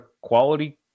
quality